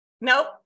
nope